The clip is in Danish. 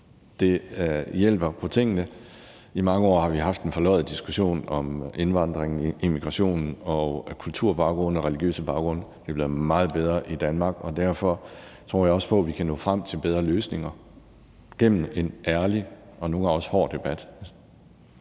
Det hjælper på tingene. I mange år har vi haft en forløjet diskussion om indvandringen, immigrationen, kulturbaggrunde og religiøse baggrunde. Det er blevet meget bedre i Danmark, og derfor tror jeg også på, at vi kan nå frem til bedre løsninger gennem en ærlig og nogle gange også en hård debat.